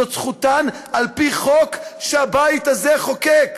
זו זכותן על פי חוק שהבית הזה חוקק.